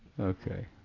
Okay